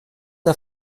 der